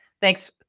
thanks